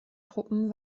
truppen